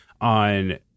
on